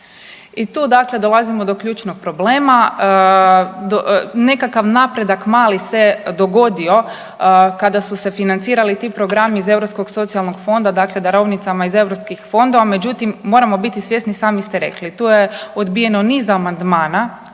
i tu dakle dolazimo do ključnog problema. Nekakav napredak mali se dogodio kada su se financirali ti programi iz Europskog socijalnog fonda dakle darovnicama iz europskih fondova. Međutim moramo biti svjesni, sami ste rekli tu je odbijeno niz amandmana,